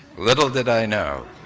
little did i know,